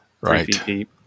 right